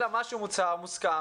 אלא משהו מוצהר ומוסכם.